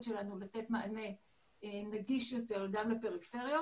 שלנו לתת מענה נגיש יותר גם לפריפריות.